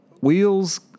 wheels